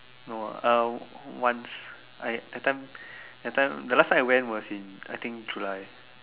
no ah uh once I that time that time the last time I went was in I think July